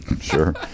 Sure